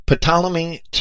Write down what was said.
Ptolemy